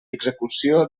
execució